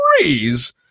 freeze